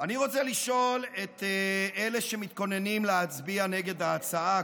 אני רוצה לשאול את אלה שמתכוננים להצביע נגד ההצעה,